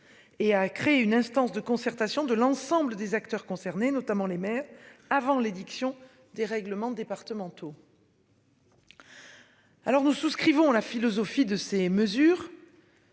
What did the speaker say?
Et à créer une instance de concertation de l'ensemble des acteurs concernés notamment les maires avant l'édiction des règlements départementaux. Alors nous souscrivons la philosophie de ces mesures.